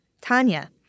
Tanya